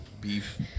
Beef